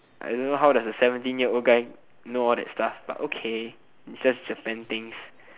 I don't know how does that a seventeen years old guy know all that stuff buy okay it's just japan things